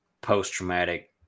post-traumatic